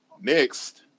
Next